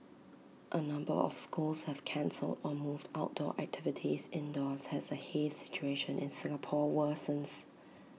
A number of schools have cancelled or moved outdoor activities indoors has A haze situation in Singapore worsens